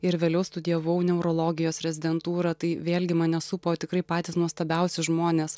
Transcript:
ir vėliau studijavau neurologijos rezidentūrą tai vėlgi mane supo tikrai patys nuostabiausi žmonės